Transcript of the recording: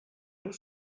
nous